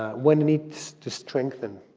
one needs to strengthen